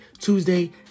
Tuesday